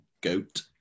GOAT